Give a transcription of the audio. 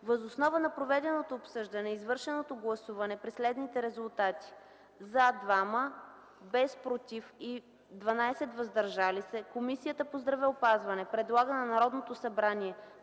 Въз основа на проведеното обсъждане и извършеното гласуване при следните резултати „за” – 2, „против” – няма и „въздържали се” – 12, Комисията по здравеопазването предлага на Народното събрание